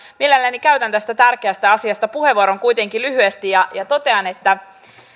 mielelläni käytän tästä tärkeästä asiasta puheenvuoron kuitenkin lyhyesti ja ja totean että